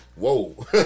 Whoa